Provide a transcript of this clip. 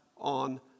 on